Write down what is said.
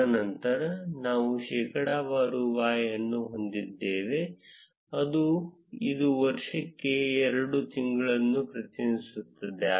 ತದನಂತರ ನಾವು ಶೇಕಡಾವಾರು y ಅನ್ನು ಹೊಂದಿದ್ದೇವೆ ಇದು ವರ್ಷಕ್ಕೆ ಎರಡು ದಿನಗಳನ್ನು ಪ್ರತಿನಿಧಿಸುತ್ತದೆ